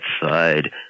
side